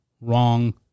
wrong